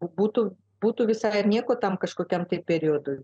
būtų būtų visai ir nieko tam kažkokiam periodui